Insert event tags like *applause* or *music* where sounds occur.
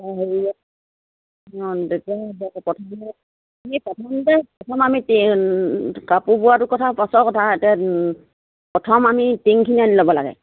*unintelligible*